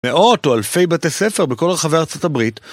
מאות או אלפי בתי ספר בכל רחבי ארצות הברית.